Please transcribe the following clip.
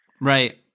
Right